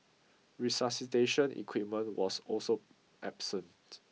resuscitation equipment was also absent